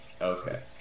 Okay